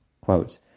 quote